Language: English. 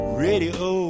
radio